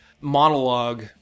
monologue